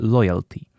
Loyalty